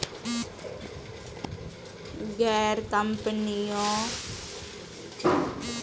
गैर बैंकिंग वित्तीय कंपनियों में आवास ऋण के लिए ब्याज क्या है?